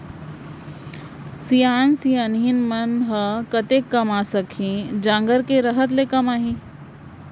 सियान सियनहिन मन ह कतेक कमा सकही, जांगर के रहत ले कमाही